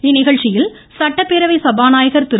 இந்நிகழ்ச்சியில் சட்டப்பேரவை சபாநாயகர் திரு